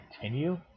continue